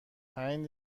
پنج